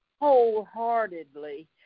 wholeheartedly